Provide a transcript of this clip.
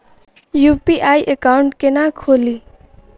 UPI account केना खोलि?